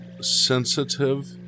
sensitive